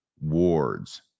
wards